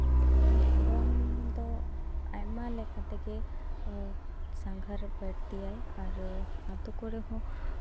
ᱫᱷᱚᱨᱚᱢ ᱫᱚ ᱟᱭᱢᱟ ᱞᱮᱠᱟ ᱛᱮᱜᱮ ᱥᱟᱸᱜᱷᱟᱨᱮ ᱵᱟᱹᱲᱛᱤᱭᱟ ᱟᱨ ᱟᱹᱛᱩ ᱠᱚᱨᱮᱜ ᱦᱚᱸ